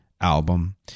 album